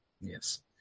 Yes